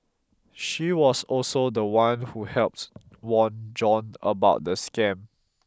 she was also the one who helped warn John about the scam